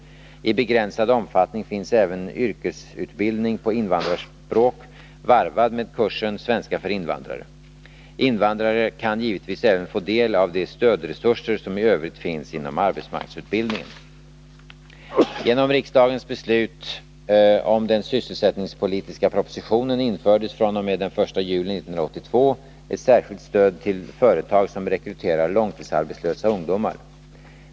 I begränsad omfattning finns även yrkesutbildning på invandrarspråk, varvad med kursen svenska för invandrare. Invandrare kan givetvis även få del av de stödresurser som i övrigt finns inom arbetsmarknadsutbildningen. att minska arbetslösheten bland invandrarungdom långtidsarbetslösa ungdomar.